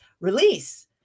release